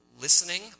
listening